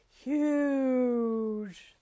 huge